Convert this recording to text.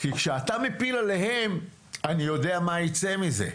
כי כשאתה מפיל עליהם, אני יודע מה יצא מזה.